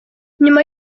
nyuma